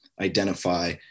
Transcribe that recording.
identify